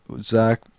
Zach